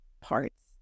parts